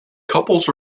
couples